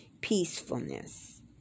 peacefulness